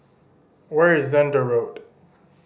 where is Zehnder Road